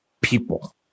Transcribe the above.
people